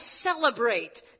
celebrate